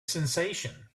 sensation